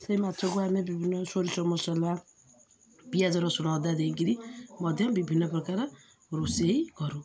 ସେଇ ମାଛକୁ ଆମେ ବିଭିନ୍ନ ସୋରିଷ ମସଲା ପିଆଜ ରସୁଣ ଅଦା ଦେଇକିରି ମଧ୍ୟ ବିଭିନ୍ନ ପ୍ରକାର ରୋଷେଇ କରୁ